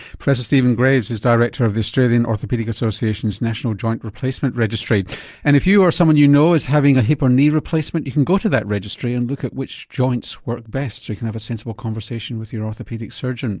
professor stephen graves is director of the australian orthopaedic association's national joint replacement registry and if you, or someone you know, is having a hip or knee replacement you can go to that registry and look at which joints work best so you can have a sensible conversation with your orthopaedic surgeon